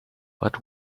but